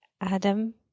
Adam